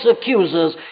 accusers